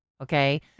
okay